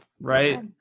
right